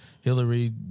Hillary